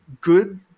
good